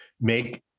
make